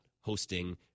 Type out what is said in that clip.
hosting